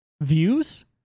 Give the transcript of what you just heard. views